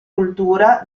cultura